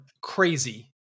crazy